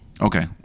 Okay